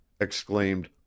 exclaimed